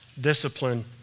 discipline